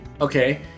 Okay